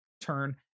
turn